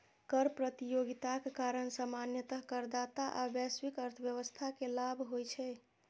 कर प्रतियोगिताक कारण सामान्यतः करदाता आ वैश्विक अर्थव्यवस्था कें लाभ होइ छै